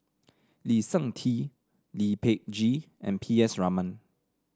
Lee Seng Tee Lee Peh Gee and P S Raman